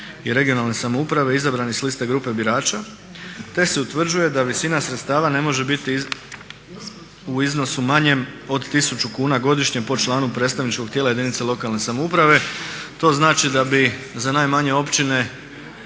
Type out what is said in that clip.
i regionalne samouprave izabranih s liste grupe birača te se utvrđuje da visina sredstava ne može biti u iznosu manjem od 1000 kuna godišnje po članu predstavničkog tijela jedinice lokalne samouprave. To znači da bi za najmanje općine